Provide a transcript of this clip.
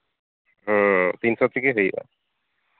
ᱦᱮᱸ ᱛᱤᱱ ᱥᱚ ᱛᱮᱜᱮ ᱦᱩᱭᱩᱜᱼᱟ